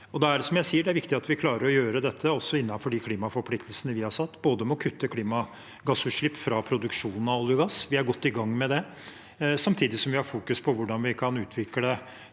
jeg sier viktig at vi klarer å gjøre dette også innenfor de klimaforpliktelsene vi har satt om å kutte klimagassutslipp fra produksjon av olje og gass – vi er godt i gang med det – samtidig som vi fokuserer på hvordan vi kan utvikle